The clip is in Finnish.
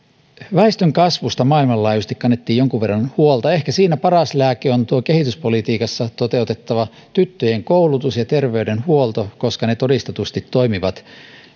väestönkasvusta maailmanlaajuisesti kannettiin jonkun verran huolta ehkä siinä paras lääke on kehityspolitiikassa toteutettava tyttöjen koulutus ja terveydenhuolto koska ne todistetusti toimivat